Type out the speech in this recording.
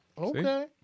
Okay